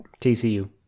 TCU